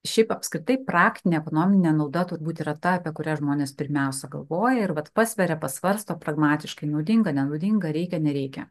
šiaip apskritai praktinė ekonominė nauda turbūt yra ta apie kurią žmonės pirmiausia galvoja ir vat pasveria pasvarsto pragmatiškai naudinga nenaudinga reikia nereikia